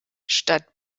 statt